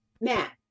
Matt